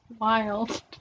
wild